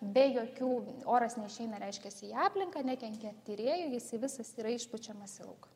be jokių oras neišeina reiškiasi į aplinką nekenkia tyrėjui jisai visas yra išpučiamas į lauką